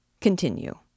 Continue